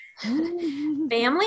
Family